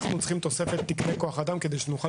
אנחנו צריכים תוספת תקני אדם כדי שנוכל לאייש